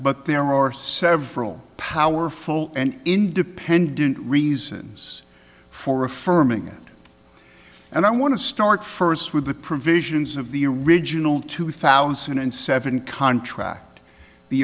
but there are several powerful and independent reasons for affirming it and i want to start first with the provisions of the original two thousand and seven contract the